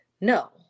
No